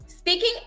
Speaking